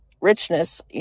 richness